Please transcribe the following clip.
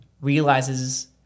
realizes